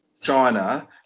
China